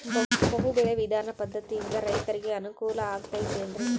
ಬಹು ಬೆಳೆ ವಿಧಾನ ಪದ್ಧತಿಯಿಂದ ರೈತರಿಗೆ ಅನುಕೂಲ ಆಗತೈತೇನ್ರಿ?